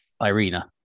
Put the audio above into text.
Irina